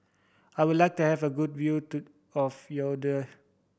I would like to have a good view to of Yaounde